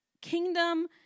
kingdom